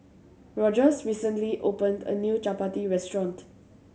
Rogers recently opened a new Chapati restaurant